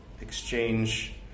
exchange